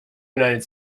united